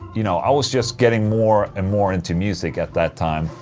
you know, i was just getting more and more into music at that time.